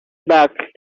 back